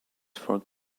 for